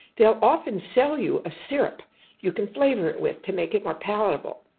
they'll often sell you a syrup you can flavour it with to make it more palatable.